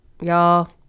y'all